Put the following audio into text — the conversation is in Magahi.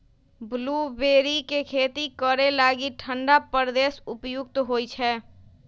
ब्लूबेरी के खेती करे लागी ठण्डा प्रदेश उपयुक्त होइ छै